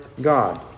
God